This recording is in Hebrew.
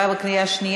בעד, 32,